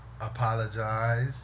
apologize